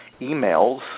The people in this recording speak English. emails